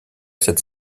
cette